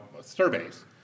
surveys